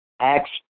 Acts